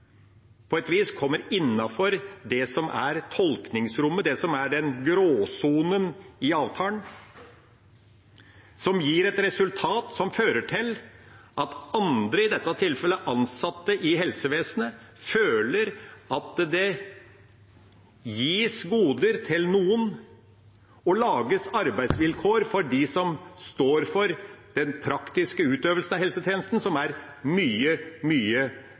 på et vis kommer innenfor det som er tolkningsrommet og gråsonen i avtalen, og som gir et resultat som fører til at andre – i dette tilfellet ansatte i helsevesenet – føler at det gis goder til noen og lages arbeidsvilkår for dem som står for den praktiske utøvelsen av helsetjenesten, som er mye, mye